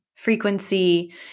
frequency